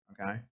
Okay